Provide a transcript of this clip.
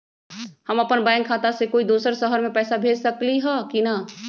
हम अपन बैंक खाता से कोई दोसर शहर में पैसा भेज सकली ह की न?